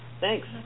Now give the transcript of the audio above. Thanks